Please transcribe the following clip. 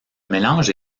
mélange